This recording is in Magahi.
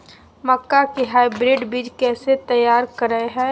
मक्का के हाइब्रिड बीज कैसे तैयार करय हैय?